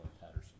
Patterson